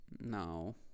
No